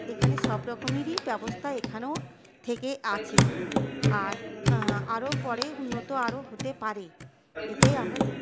এখানে সবরকমেরই ব্যবস্থা এখানেও থেকে আছে আর আরো পরে উন্নত আরো হতে পারে এটাই আমরা জানি